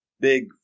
big